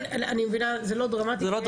זה לא דרמתי.